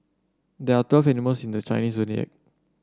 there are twelve animals in the Chinese Zodiac